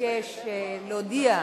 שהצעת החוק הגנת הצרכן (תיקון, תווי קנייה),